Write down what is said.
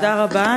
תודה רבה.